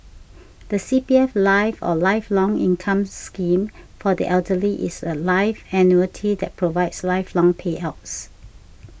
the C P F life or Lifelong Income Scheme for the Elderly is a life annuity that provides lifelong payouts